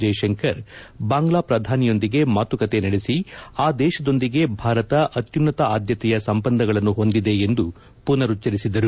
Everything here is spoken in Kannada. ಜಯಶಂಕರ್ ಬಾಂಗ್ನಾ ಪ್ರಧಾನಿಯೊಂದಿಗೆ ಮಾತುಕತೆ ನಡೆಸಿ ಆ ದೇಶದೊಂದಿಗೆ ಭಾರತ ಅತ್ನುನ್ನತ ಆದ್ನತೆಯ ಸಂಬಂಧಗಳನ್ನು ಹೊಂದಿದೆ ಎಂದು ಪುನರುಚ್ಚರಿಸಿದರು